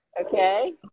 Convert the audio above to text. Okay